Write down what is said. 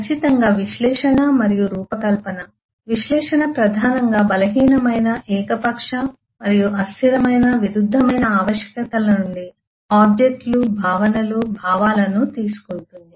ఖచ్చితంగా విశ్లేషణ మరియు రూపకల్పన విశ్లేషణ ప్రధానంగా బలహీనమైన ఏకపక్ష మరియు అస్థిరమైన విరుద్ధమైన ఆవశ్యకతల నుండి ఆబ్జెక్ట్ లు భావనలు భావాలను తీసుకుంటుంది